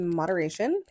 moderation